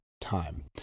Time